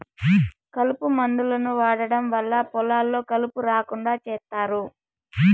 కలుపు మందులను వాడటం వల్ల పొలాల్లో కలుపు రాకుండా చేత్తారు